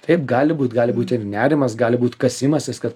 taip gali būt gali būt ir nerimas gali būt kasimasis kad